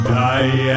die